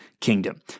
kingdom